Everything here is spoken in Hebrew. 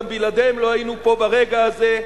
גם בלעדיהם לא היינו פה ברגע הזה.